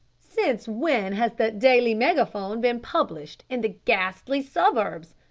since when has the daily megaphone been published in the ghastly suburbs?